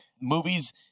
Movies